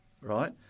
right